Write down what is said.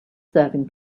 serving